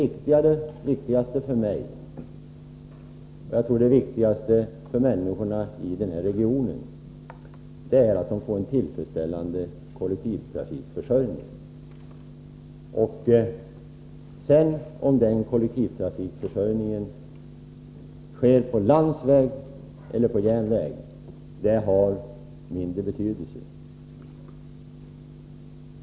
Det viktigaste för mig — och för människorna i den här regionen, tror jag — är att de får en tillfredsställande kollektivtrafikförsörjning. Om den blir på landsväg eller järnväg har mindre betydelse.